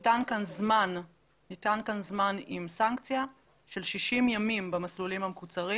ניתן כאן זמן עם סנקציה של 60 ימים במסלולים המקוצרים